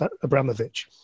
Abramovich